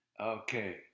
Okay